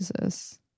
Jesus